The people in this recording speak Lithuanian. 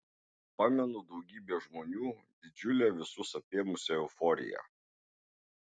pamenu daugybę žmonių didžiulę visus apėmusią euforiją